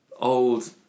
old